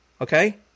okay